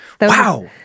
Wow